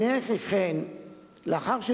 זה הכול חוץ מרוב.